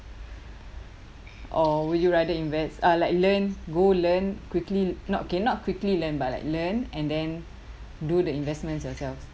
or would you rather invest uh like learn go learn quickly not cannot quickly learn but like learn and then do the investments yourselves